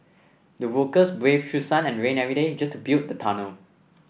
the workers braved through sun and rain every day just to build the tunnel